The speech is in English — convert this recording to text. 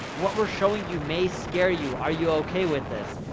what we're showing you may scare you. are you okay with this?